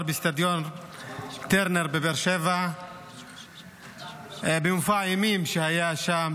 באצטדיון טרנר בבאר שבע במופע אימים שהיה שם